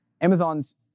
Amazon's